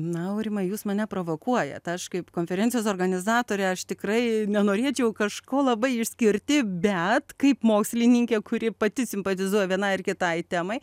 na aurimai jūs mane provokuojat aš kaip konferencijos organizatorė aš tikrai nenorėčiau kažko labai išskirti bet kaip mokslininkė kuri pati simpatizuoja vienai ar kitai temai